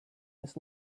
this